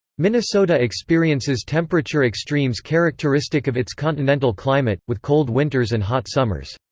minnesota experiences temperature extremes characteristic of its continental climate, with cold winters and hot summers.